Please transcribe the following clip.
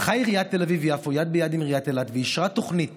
הלכה עיריית תל אביב יפו יד ביד עם עיריית אילת ואישרה תוכנית